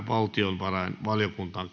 valtiovarainvaliokuntaan